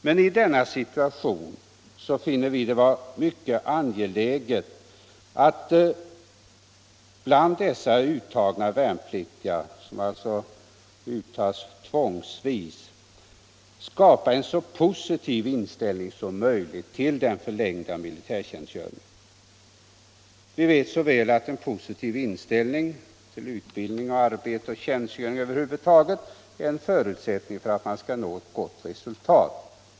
Men i denna situation finner vi det vara mycket angeläget att bland dessa värnpliktiga, som alltså uttas tvångsvis, skapa en så positiv in ställning som möjligt till den förlängda militärtjänstgöringen. Vi vet så väl att en positiv inställning till utbildning, arbete och tjänstgöring över huvud taget är en förutsättning för att man skall nå ett gott resultat.